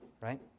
right